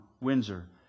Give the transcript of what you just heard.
Windsor